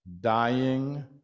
dying